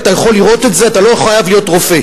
אתה יכול לראות את זה, אתה לא חייב להיות רופא.